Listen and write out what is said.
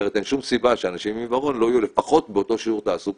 אחרת אין שום סיבה שאנשים עם עיוורון לא יהיו לפחות באותו שיעור תעסוקה